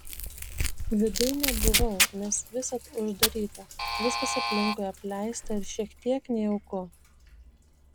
viduj nebuvau nes visad uždaryta viskas aplinkui apleista ir šiek tiek nejauku